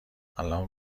الان